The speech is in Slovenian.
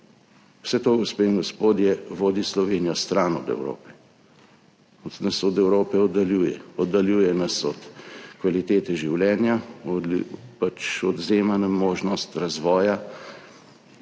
Vse to, gospe in gospodje, vodi Slovenijo stran od Evrope, nas od Evrope oddaljuje. Oddaljuje nas od kvalitete življenja, odvzema nam možnost razvoja